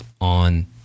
on